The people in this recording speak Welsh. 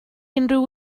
unrhyw